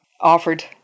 offered